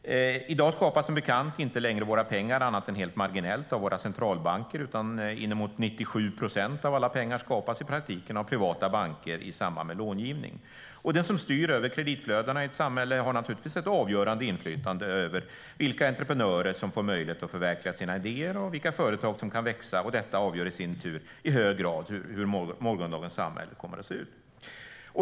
I dag skapas som bekant inte längre våra pengar annat än helt marginellt av våra centralbanker, utan uppemot 97 procent av alla pengar skapas i praktiken av privata banker i samband med långivning. Den som styr över kreditflödena i ett samhälle har naturligtvis ett avgörande inflytande över vilka entreprenörer som får möjlighet att förverkliga sina idéer och vilka företag som kan växa. Detta avgör i sin tur i hög grad hur morgondagens samhälle kommer att se ut.